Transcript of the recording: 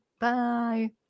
bye